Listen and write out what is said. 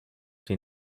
die